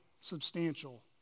substantial